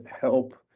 help